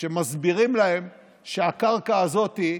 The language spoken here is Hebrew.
שמסבירים להם שהקרקע הזאת היא